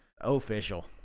Official